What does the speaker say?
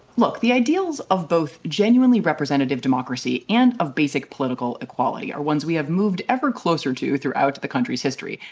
look, the ideals of both genuinely representative democracy and of basic political equality are ones we have moved ever closer to throughout the country's history,